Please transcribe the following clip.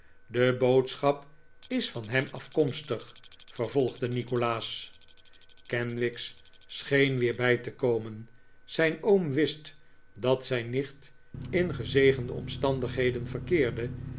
de boodschap is van hem afkomstig vervolgde nikolaas kenwigs scheen we'er bij te komen zijn oom wist dat zijn nicht in gezegende omstandigheden verkeerde